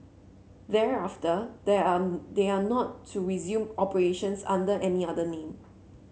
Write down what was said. thereafter there are they are not to resume operations under any other name